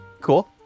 Cool